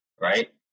right